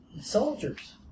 Soldiers